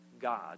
God